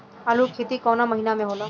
आलू के खेती कवना महीना में होला?